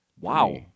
Wow